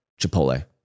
Chipotle